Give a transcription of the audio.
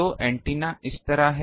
तो एंटीना इस तरह है